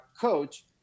coach